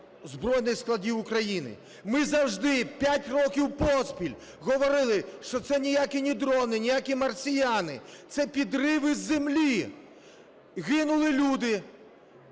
збройних складів України. Ми завжди, п’ять років поспіль, говорили, що це ніякі не дрони, ніякі не марсіани - це підрив із землі. Гинули люди,